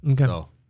Okay